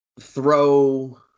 throw